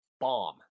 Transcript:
Bomb